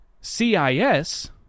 CIS